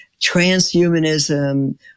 transhumanism